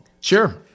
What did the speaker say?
Sure